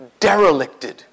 derelicted